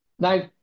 Now